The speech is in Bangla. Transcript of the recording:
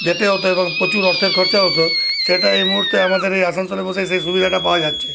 যেতে হতো এবং প্রচুর অর্থের খরচা হতো সেটা এই মুহুর্তে আমাদের এই আসানসোলে বসে সেই সুবিধাটা পাওয়া যাচ্ছে